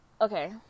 okay